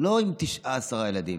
לא עם תשעה, עשרה ילדים,